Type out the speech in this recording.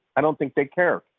i don't think they care.